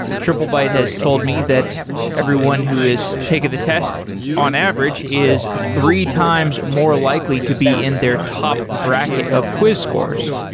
triplebyte has told me that everyone who has taken the test on average is three times more likely to be in their top bracket of quiz scores